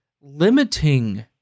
limiting